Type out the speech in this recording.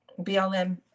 BLM